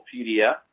PDF